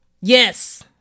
yes